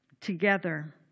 Together